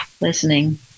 listening